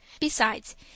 Besides